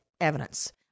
evidence